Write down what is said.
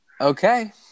Okay